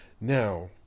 now